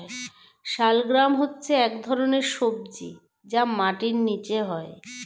শালগ্রাম হচ্ছে এক ধরনের সবজি যা মাটির নিচে হয়